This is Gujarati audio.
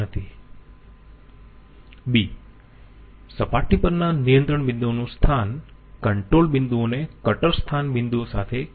b સપાટી પરના નિયંત્રણ બિંદુઓનું સ્થાન કન્ટ્રોલ બિંદુઓને કટર સ્થાન બિંદુઓ સાથે કોઈ લેવા દેવા નથી હોતા